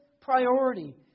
priority